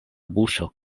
buŝo